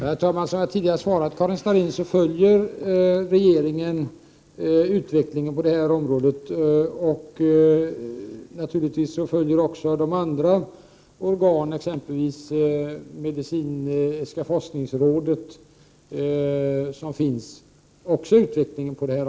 Herr talman! Som jag tidigare har svarat Karin Starrin följer regeringen utvecklingen på detta område, och naturligtvis följer även de andra organen, exempelvis medicinska forskningsrådet, utvecklingen.